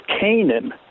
Canaan